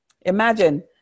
Imagine